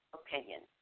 opinion